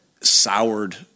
soured